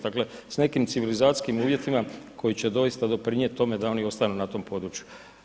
Dakle, s nekim civilizacijskim uvjetima koji će doista doprinijeti tome da oni ostanu na tom području.